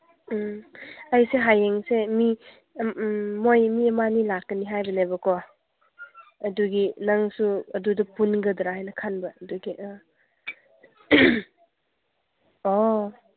ꯎꯝ ꯑꯩꯁꯦ ꯍꯌꯦꯡꯁꯦ ꯃꯤ ꯃꯣꯏ ꯃꯤ ꯑꯃꯅꯤ ꯂꯥꯛꯀꯅꯤ ꯍꯥꯏꯕꯅꯦꯕꯀꯣ ꯑꯗꯨꯒꯤ ꯅꯪꯁꯨ ꯑꯗꯨꯗ ꯄꯨꯟꯅꯒꯗ꯭ꯔꯥ ꯍꯥꯏꯅ ꯈꯟꯕ ꯑꯗꯨꯒꯤ ꯑꯣ